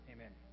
Amen